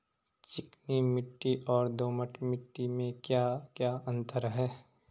चिकनी मिट्टी और दोमट मिट्टी में क्या क्या अंतर है?